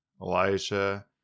Elijah